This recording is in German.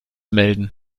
melden